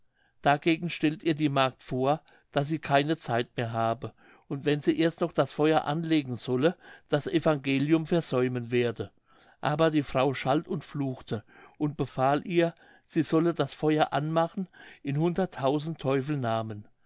dagegen stellt ihr die magd vor daß sie keine zeit mehr habe und wenn sie erst noch das feuer anlegen solle das evangelium versäumen werde aber die frau schalt und fluchte und befahl ihr sie sollte das feuer anmachen in hundert tausend teufel namen